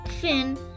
finn